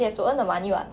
they have to earn the money [what]